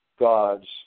Gods